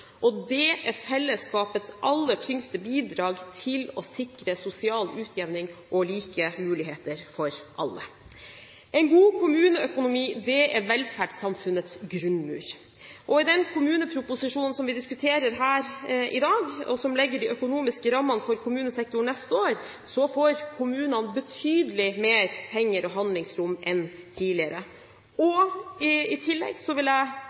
Det er fellesskapets aller tyngste bidrag til å sikre sosial utjevning og like muligheter for alle. En god kommuneøkonomi er velferdssamfunnets grunnmur. I den kommuneproposisjonen som vi diskuterer her i dag, og som legger de økonomiske rammene for kommunesektoren neste år, får kommunene betydelig mer penger og handlingsrom enn tidligere. I tillegg vil jeg